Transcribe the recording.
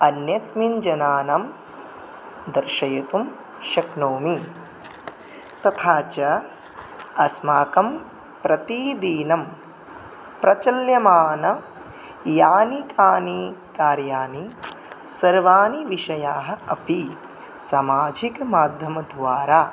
अन्यस्मिन् जनानां दर्शयितुं शक्नोमि तथा च अस्माकं प्रतिदिनं प्रचाल्यमान यानि कानि कार्याणि सर्वाणि विषयाः अपि सामाजिकमाध्यमद्वारा